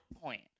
point